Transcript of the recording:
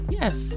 Yes